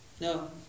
No